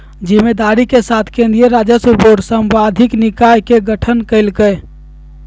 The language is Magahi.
जिम्मेदारी के साथ केन्द्रीय राजस्व बोर्ड सांविधिक निकाय के गठन कइल कय